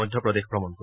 মধ্য প্ৰদেশ ভ্ৰমণ কৰিব